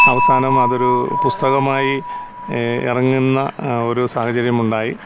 അവസാനം അതൊരു പുസ്തകമായി ഇറങ്ങുന്ന ഒരു സാഹചര്യമുണ്ടായി